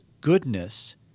goodness